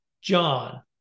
John